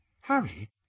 Harry